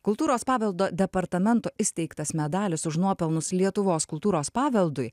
kultūros paveldo departamento įsteigtas medalis už nuopelnus lietuvos kultūros paveldui